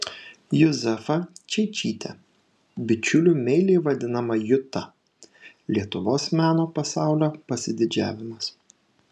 juzefa čeičytė bičiulių meiliai vadinama juta lietuvos meno pasaulio pasididžiavimas